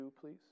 please